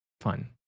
fun